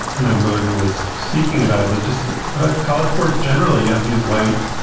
you know, murden was speaking about was just about college sports. generally, you have these white,